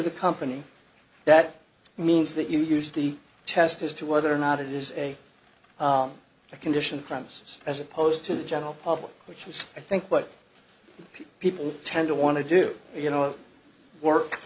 the company that means that you use the test as to whether or not it is a condition crimes as opposed to the general public which is i think what people people tend to want to do you know work